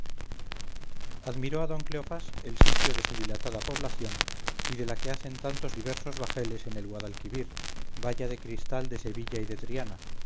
admiró a don cleofás el sitio de su dilatada población y de la que hacen tantos diversos bajeles en el guadalquivir valla de cristal de sevilla y de triana